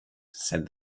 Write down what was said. said